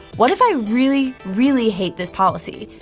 what if i really, really hate this policy?